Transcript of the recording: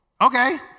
Okay